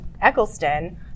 Eccleston